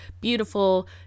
beautiful